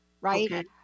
right